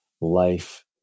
life